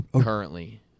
currently